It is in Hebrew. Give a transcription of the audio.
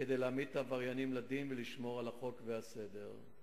כדי להעמיד את העבריינים לדין ולשמור על החוק ועל הסדר.